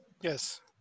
yes